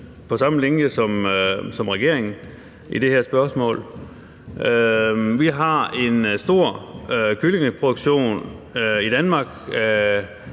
på samme linje som regeringen i det her spørgsmål. Vi har en stor kyllingeproduktion af